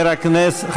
על האבות?